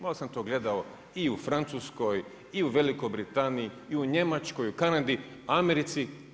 Malo sam to gledao i u Francuskoj i u Velikoj Britaniji i u Njemačkoj i u Kanadi, Americi.